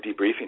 debriefing